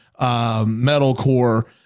metalcore